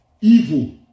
Evil